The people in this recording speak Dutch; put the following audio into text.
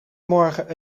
morgen